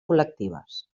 col·lectives